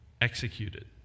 executed